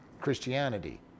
Christianity